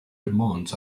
demands